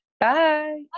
Bye